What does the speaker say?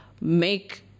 make